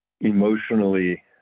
emotionally